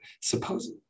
suppose